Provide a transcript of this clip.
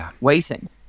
waiting